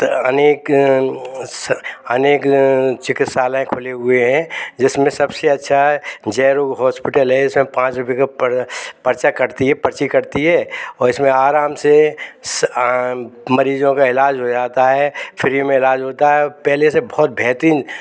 अ अनेक अनेक अ चिकित्सालय खुले हुए हैं जिसमें सबसे अच्छा जयरोग हॉस्पिटल है जिसमें पाँच रुपए का पर परचा कटती है पर्ची कटती है और इसमें आराम से स मरीजों का ईलाज हो जाता है फ्री में ईलाज होता है और पहले से बहुत बेहतरीन